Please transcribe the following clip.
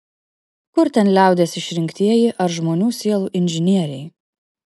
kur ten liaudies išrinktieji ar žmonių sielų inžinieriai